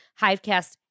Hivecast